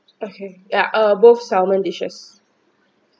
okay ya uh both salmon dishes